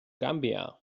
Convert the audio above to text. gambia